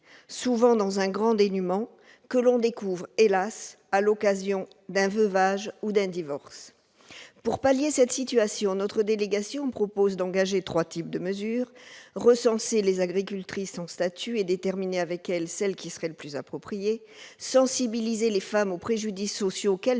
souvent dans un grand dénuement, que l'on découvre, hélas, à l'occasion d'un veuvage ou d'un divorce. Pour pallier cette situation, la délégation propose d'engager trois types de mesures : recenser les agricultrices sans statut et déterminer avec elles celui qui leur serait le plus approprié ; sensibiliser les femmes aux préjudices sociaux qu'elles